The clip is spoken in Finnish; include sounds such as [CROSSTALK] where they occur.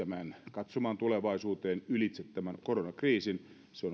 katsomaan tulevaisuuteen ylitse tämän koronakriisin se [UNINTELLIGIBLE]